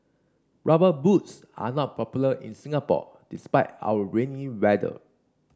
rubber boots are not popular in Singapore despite our rainy weather